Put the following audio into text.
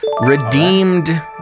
Redeemed